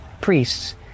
priests